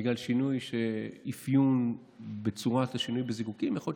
בגלל שינוי אפיון בצורת השימוש בזיקוקים יכול להיות